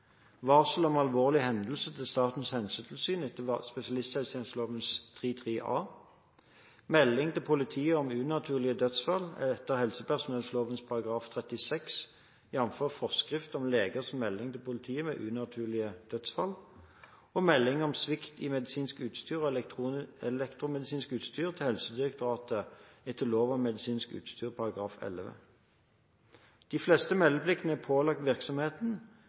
varsel om alvorlige hendelser til Statens helsetilsyn etter spesialisthelsetjenesteloven § 3-3 a melding til politiet om unaturlig dødsfall etter helsepersonelloven § 36, jf. forskrift om leges melding til politiet om unaturlig dødsfall melding om svikt i medisinsk utstyr og elektromedisinsk utstyr til Helsedirektoratet etter lov om medisinsk utstyr § 11 De fleste meldepliktene er pålagt virksomheten,